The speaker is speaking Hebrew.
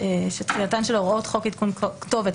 'תחילתן של הוראות חוק עדכון כתובת,